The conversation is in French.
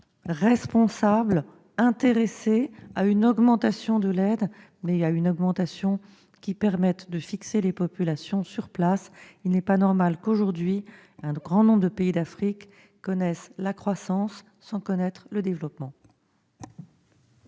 responsables et intéressés par une augmentation de l'aide, mais qui permette de fixer les populations sur place. Il n'est pas normal qu'aujourd'hui un grand nombre de pays d'Afrique connaissent la croissance sans connaître le développement.